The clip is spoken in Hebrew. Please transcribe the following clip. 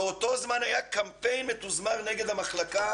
באותו זמן היה קמפיין מתוזמר נגד המחלקה